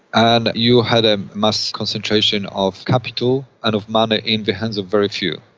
and you had a mass concentration of capital and of money in the hands of very few.